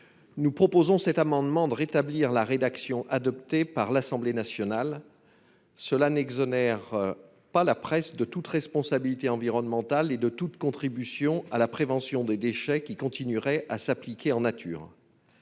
Nous proposons par cet amendement de rétablir la rédaction adoptée par l'Assemblée nationale. Il ne s'agit pas d'exonérer la presse de toute responsabilité environnementale et de toute contribution à la prévention des déchets : cette dernière continuerait à s'appliquer en nature.